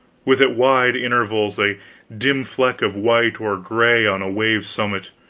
with at wide intervals a dim fleck of white or gray on a wave-summit,